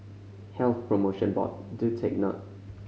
Health Promotion Board do take note